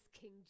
King